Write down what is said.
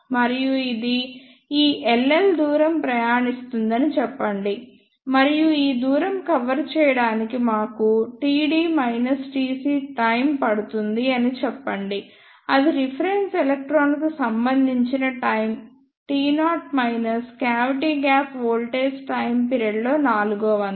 మరియు ఇది ఈ Ll దూరం ప్రయాణిస్తుందని చెప్పండి మరియు ఈ దూరం కవర్ చేయడానికి మాకు td Tc టైమ్ పడుతుంది అని చెప్పండి అది రిఫరెన్స్ ఎలెక్ట్రాన్ కు సంబంధించిన time t0 minus cavity gap voltage time period లొ నాలుగో వంతు